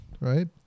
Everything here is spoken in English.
right